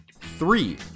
Three